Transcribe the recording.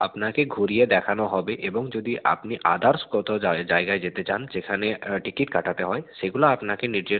আপনাকে ঘুরিয়ে দেখানো হবে এবং যদি আপনি আদার্স কোথাও জায়গায় যেতে চান যেখানে টিকিট কাটাতে হয় সেগুলো আপনাকে নিজের